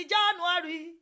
January